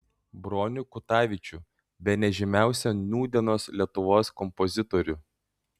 bronių kutavičių bene žymiausią nūdienos lietuvos kompozitorių